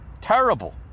Terrible